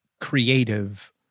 creative